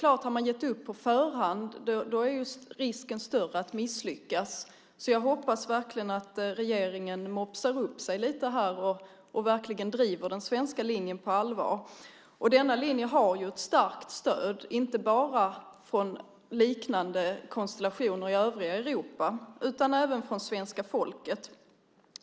Har man gett upp på förhand är risken större att misslyckas. Jag hoppas verkligen att regeringen mopsar upp sig lite och driver den svenska linjen på allvar. Denna linje har ett starkt stöd inte bara från liknande konstellationer i övriga Europa utan även från svenska folket.